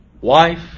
Wife